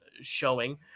showing